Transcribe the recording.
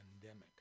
pandemic